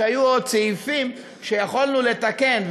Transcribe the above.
היו עוד סעיפים שיכולנו לתקן,